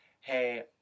hey